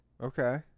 Okay